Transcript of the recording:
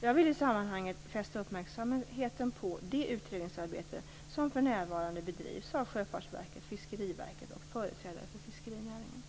Jag vill i sammanhanget fästa uppmärksamheten på det utredningsarbete som för närvarande bedrivs av Sjöfartsverket, Fiskeriverket och företrädare för fiskerinäringen.